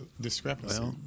discrepancy